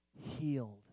healed